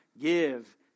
Give